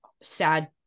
sad